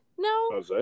No